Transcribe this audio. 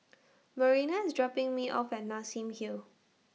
Marina IS dropping Me off At Nassim Hill